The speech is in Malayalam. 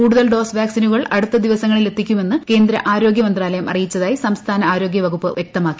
കൂടുതൽ ഡോസ് വാക്സിനുകൾ അടുത്ത ദിവസങ്ങളിൽ എത്തിക്കുമെന്ന് കേന്ദ്ര ആരോഗൃ മന്ത്രാലയം അറിയിച്ചതായി സംസ്ഥാന ആരോഗ്യവകുപ്പ് വ്യക്തമാക്കി